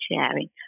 sharing